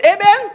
Amen